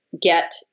get